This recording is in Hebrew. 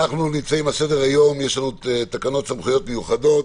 בסדר-היום יש לנו תקנות סמכויות מיוחדות.